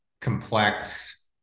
complex